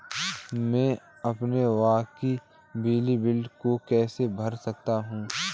मैं अपने बकाया बिजली बिल को कैसे भर सकता हूँ?